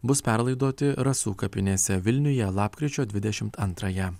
bus perlaidoti rasų kapinėse vilniuje lapkričio dvidešimt antrąją